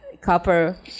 Copper